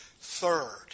Third